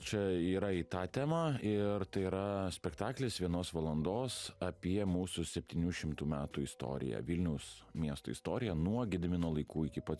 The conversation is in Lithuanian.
čia yra į tą temą ir tai yra spektaklis vienos valandos apie mūsų septynių šimtų metų istoriją vilniaus miesto istoriją nuo gedimino laikų iki pat